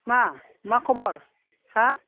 मा मा खबर हो